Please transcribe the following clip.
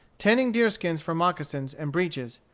tanning deerskins for moccasins and breeches,